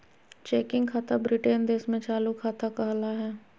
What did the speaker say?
checking खाता Britain देश में चालू खाता कहला हय